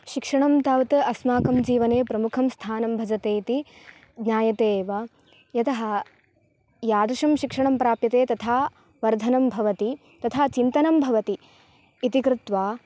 शिक्षणं तावत् अस्माकं जीवने प्रमुखं स्थानं भजते इति ज्ञायते एव यतः यादृशं शिक्षणं प्राप्यते तथा वर्धनं भवति तथा चिन्तनं भवति इति कृत्वा